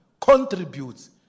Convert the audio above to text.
contributes